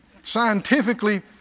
scientifically